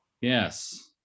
Yes